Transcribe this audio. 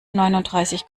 neunundreißig